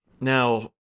Now